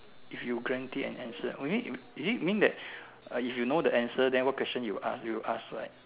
if you guaranteed an answer maybe is it mean that if you know the answer then what question you asked you will ask right